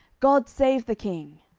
god save the king.